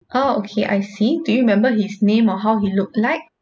oh okay I see do you remember his name or how he looked like